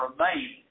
remain